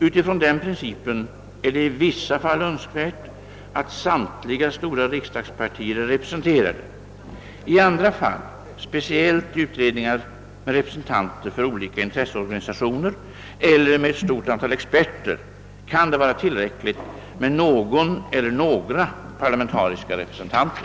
Utifrån den principen är det i vissa fall önskvärt att samtliga stora riksdagspartier är representerade. I andra fall, speciellt i utredningar med representanter för olika intresseorganisationer eller med ett stort antal experter, kan det vara tillräckligt med någon eller några parlamentariska representanter.